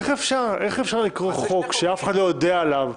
איך אפשר לכרוך חוק שאף אחד לא יודע עליו,